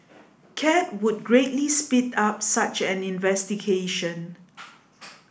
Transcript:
cat would greatly speed up such an investigation